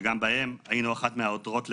שגם בהם היינו אחת מהעותרות לבג"ץ,